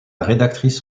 rédactrice